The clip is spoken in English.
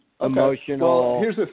emotional